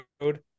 road